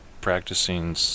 practicing